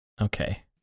Okay